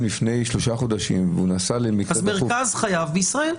לפני שלושה חודשים ונסע אז מרכז חייו בישראל.